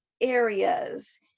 areas